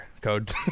code